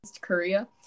Korea